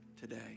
today